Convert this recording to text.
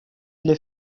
для